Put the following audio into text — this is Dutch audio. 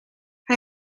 hij